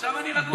עכשיו אני רגוע.